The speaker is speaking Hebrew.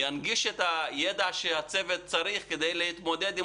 ינגיש את הידע שהצוות צריך כדי להתמודד עם